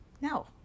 no